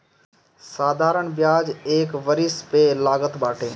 साधारण बियाज एक वरिश पअ लागत बाटे